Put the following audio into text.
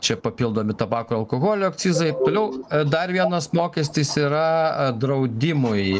čia papildomi tabako alkoholio akcizai toliau dar vienas mokestis yra draudimui